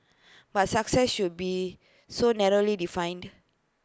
but success should be so narrowly defined